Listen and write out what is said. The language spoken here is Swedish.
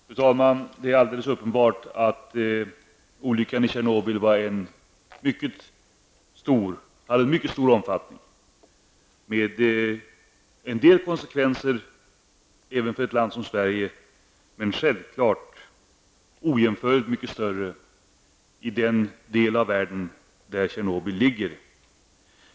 Fru talman! Det är uppenbart att olyckan i Tjernobyl hade mycket stor omfattning med en del konsekvenser även för ett land som Sverige, men självfallet ojämförligt mycket större konsekvenser i den del av världen där Tjernobyl ligger.